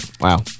Wow